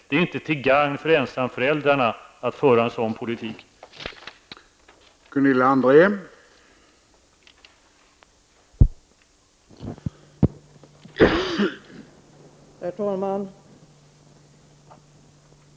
Det är inte till gagn för ensamföräldrarna att en sådan politik förs.